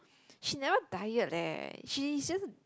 she never diet leh she just